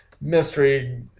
mystery